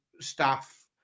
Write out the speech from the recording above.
staff